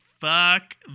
Fuck